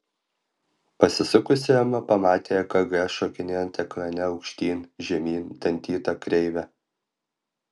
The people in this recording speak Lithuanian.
pasisukusi ema pamatė ekg šokinėjant ekrane aukštyn žemyn dantyta kreive